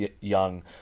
young